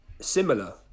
similar